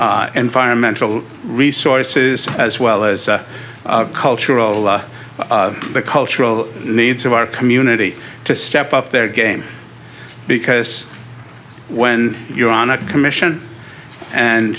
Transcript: the environmental resources as well as a cultural law the cultural needs of our community to step up their game because when you're on a commission and